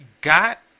got